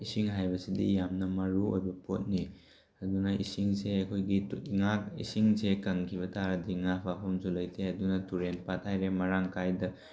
ꯏꯁꯤꯡ ꯍꯥꯏꯕꯁꯤꯗꯤ ꯌꯥꯝꯅ ꯃꯔꯨ ꯑꯣꯏꯕ ꯄꯣꯠꯅꯤ ꯑꯗꯨꯅ ꯏꯁꯤꯡꯁꯦ ꯑꯩꯈꯣꯏꯒꯤ ꯏꯁꯤꯡꯁꯦ ꯀꯪꯈꯤꯕ ꯇꯥꯔꯗꯤ ꯉꯥ ꯐꯥꯕꯝꯁꯨ ꯂꯩꯇꯦ ꯑꯗꯨꯅ ꯇꯨꯔꯦꯟ ꯄꯥꯠ ꯍꯥꯏꯔꯦ ꯃꯔꯥꯡ ꯀꯥꯏꯗ